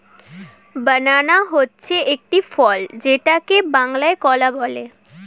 বানানা হচ্ছে একটি ফল যেটাকে বাংলায় কলা বলে